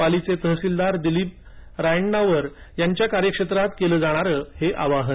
पालीचे तहसिलदार दिलीप रायण्णावर यांच्या कार्यक्षेत्रात केलं जाणारं हे आवाहन